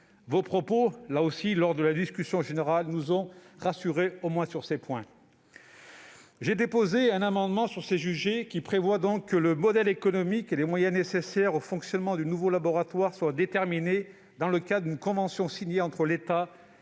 Vos propos au début de la discussion générale nous ont rassurés, au moins sur ces points. J'ai déposé un amendement pour prévoir que le modèle économique et les moyens nécessaires au fonctionnement du nouveau laboratoire seront déterminés dans le cadre d'une convention signée entre l'État et